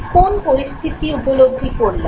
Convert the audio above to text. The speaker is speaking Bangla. কোন পরিস্থিতি উপলব্ধি করলাম